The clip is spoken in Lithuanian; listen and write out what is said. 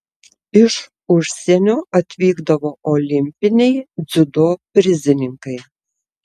iš užsienio atvykdavo olimpiniai dziudo prizininkai